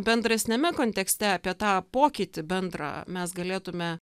bendresniame kontekste apie tą pokytį bendrą mes galėtume